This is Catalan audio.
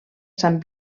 sant